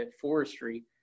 forestry